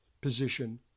position